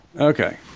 Okay